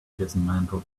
dismantled